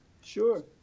sure